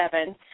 seven